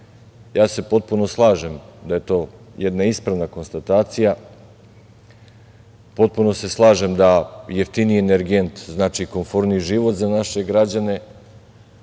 gas. Potpuno se slažem, da je to jedna ispravna konstatacija, potpuno se slažem da jeftiniji energent znači komforniji život za naše građane,